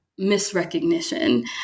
misrecognition